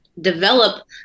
develop